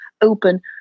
open